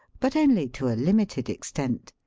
but only to a limited extent.